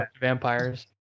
vampires